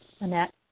Annette